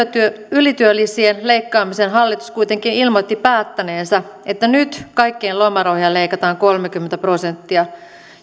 ylityölisien leikkaamisen hallitus kuitenkin ilmoitti päättäneensä että nyt kaikkien lomarahoja leikataan kolmekymmentä prosenttia